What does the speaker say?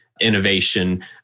innovation